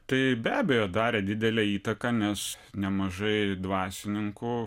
tai be abejo darė didelę įtaką nes nemažai dvasininkų